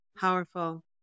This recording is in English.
Powerful